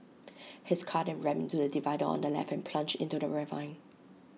his car then rammed into the divider on the left and plunged into the ravine